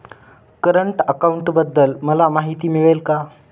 Current अकाउंटबद्दल मला माहिती मिळेल का?